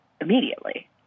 immediately